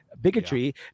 bigotry